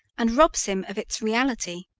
and robs him of its reality,